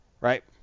Right